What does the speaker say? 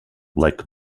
like